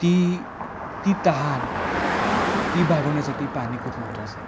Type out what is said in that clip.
ती ती तहान ती भागवण्यासाठी पाणी खूप महत्त्वाचं आहे